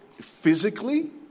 physically